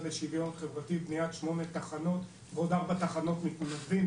לשוויון חברתי על בניית 8 תחנות ועד 4 תחנות של מתנדבים,